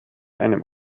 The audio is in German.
einem